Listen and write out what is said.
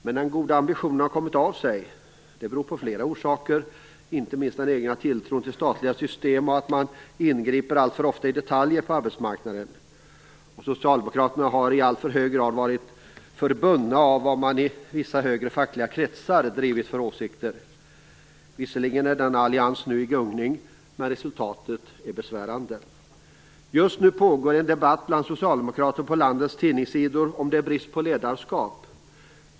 Men den goda ambitionen har kommit av sig. Det har flera orsaker, inte minst den egna tilltron till statliga system och att man ingriper alltför ofta i detaljer på arbetsmarknaden. Socialdemokraterna har i alltför hög grad varit bundna av vad man drivit för åsikter i vissa högre fackliga kretsar. Visserligen är denna allians nu i gungning, men resultatet är besvärande. Just nu pågår en debatt bland socialdemokrater på landets tidningssidor om huruvida det är brist på ledarskap.